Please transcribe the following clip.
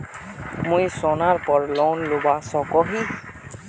मुई सोनार पोर लोन लुबा सकोहो ही?